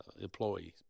employees